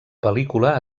pel·lícula